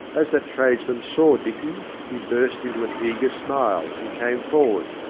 as that tradesman saw dicky, he burst into an eager smile, and came forward.